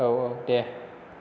औ औ दे